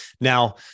now